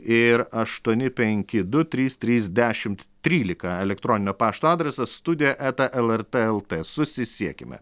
ir aštuoni penki du trys trys dešimt trylika elektroninio pašto adresas studija eta lrt lt susisiekime